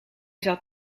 zat